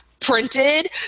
printed